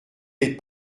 les